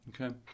Okay